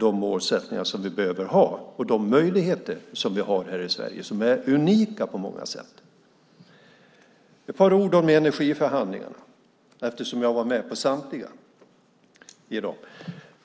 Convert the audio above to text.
de mål som vi behöver ha och utnyttja de möjligheter som vi har här i Sverige och som är unika på många sätt. Ett par ord vill jag säga om energiförhandlingarna, eftersom jag var med på samtliga.